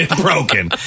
Broken